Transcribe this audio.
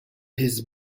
his